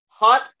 Hot